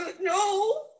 No